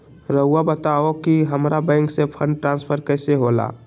राउआ बताओ कि हामारा बैंक से फंड ट्रांसफर कैसे होला?